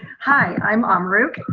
hi, i'm um emmerich.